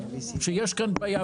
שיש כאן בעיה.